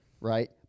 Right